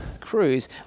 crews